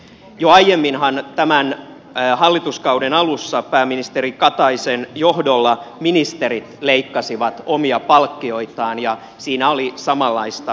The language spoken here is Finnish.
jo aiemminhan tämän hallituskauden alussa pääministeri kataisen johdolla ministerit leikkasivat omia palkkioitaan ja siinä oli samanlaista henkeä